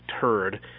turd